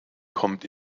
kommt